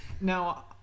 Now